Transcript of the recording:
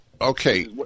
okay